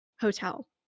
Hotel